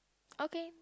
okay